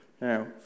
Now